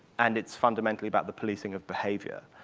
and it's fundamentally about the policing of behavior.